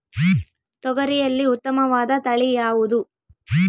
ತೊಗರಿಯಲ್ಲಿ ಉತ್ತಮವಾದ ತಳಿ ಯಾವುದು?